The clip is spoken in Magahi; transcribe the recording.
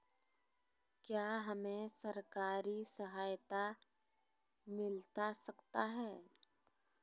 क्या हमे सरकारी सहायता मिलता सकता है?